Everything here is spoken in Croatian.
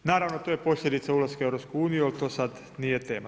Naravno to je posljedica ulaska u EU, ali to sada nije tema.